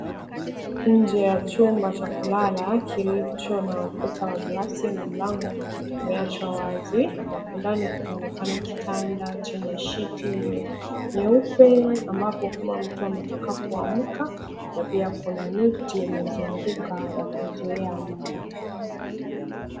Nje ya chumba cha kulala kilicho na ukuta wa glasi na mlango umeachwa wazi, ambapo ndani kunaonekana kitanda chenye shiti nyeupe ambapo kama mtu ametoka kuamka na pia kuna neti imezunguka ya kuzuia mbu.